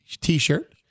t-shirt